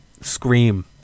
Scream